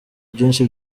byinshi